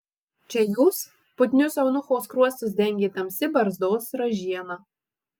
čia jūs putnius eunucho skruostus dengė tamsi barzdos ražiena